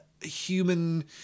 human